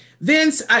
Vince